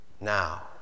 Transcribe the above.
Now